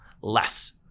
Less